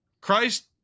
Christ